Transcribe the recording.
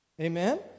Amen